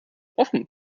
offen